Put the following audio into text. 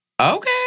Okay